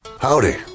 Howdy